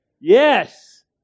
Yes